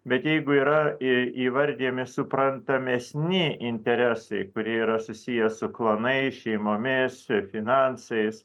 bet jeigu yra į įvardijami suprantamesni interesai kurie yra susiję su klanais šeimomis finansais